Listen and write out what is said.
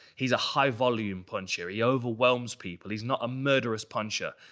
he's high-volume puncher. he overwhelms people. he's not a murderous puncher.